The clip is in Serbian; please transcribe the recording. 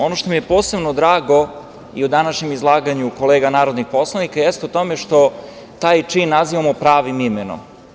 Ono što mi je posebno drago i u današnjem izlaganju kolega narodnih poslanika jeste to što taj čin nazivamo pravim imenom.